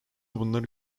bunları